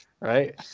right